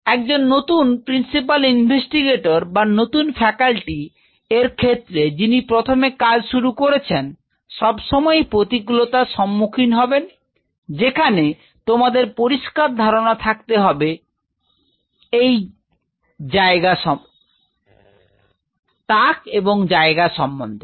একজন নতুন principal investigator বা নতুন ফ্যাকাল্টি এর ক্ষেত্রে যিনি প্রথমে কাজ শুরু করছেন সবসময়ই প্রতিকূলতার সম্মুখীন হবেন যেখানে তোমাদের পরিষ্কার ধারণা থাকতে হবে এই কাক এবং জায়গা সম্বন্ধে